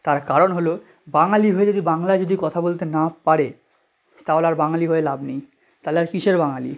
তার কারণ হলো বাঙালি হয়ে যদি বাংলায় যদি কথা বলতে না পারে তাহলে আর বাঙালি হয়ে লাভ নেই তালে আর কীসের বাঙালি